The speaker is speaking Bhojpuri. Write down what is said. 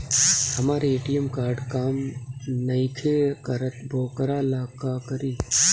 हमर ए.टी.एम कार्ड काम नईखे करत वोकरा ला का करी?